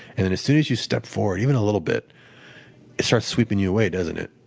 and and as soon as you step forward even a little bit, it starts sweeping you away, doesn't it?